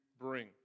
bring